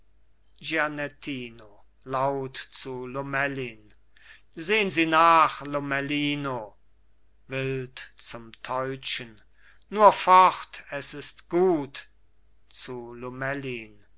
laut zu lomellin sehen sie nach lomellino wild zum teutschen nur fort es ist gut zu lomellin